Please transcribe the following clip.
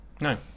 No